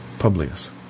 Publius